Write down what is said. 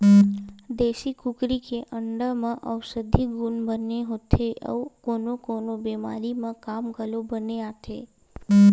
देसी कुकरी के अंडा म अउसधी गुन बने होथे अउ कोनो कोनो बेमारी म काम घलोक बने आथे